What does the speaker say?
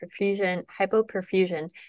hypoperfusion